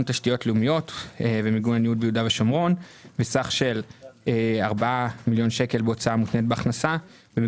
תשתיות לאומיות ביהודה ושומרון ו-4 מיליון שקל בהוצאה מותנית בהכנסה.